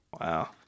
wow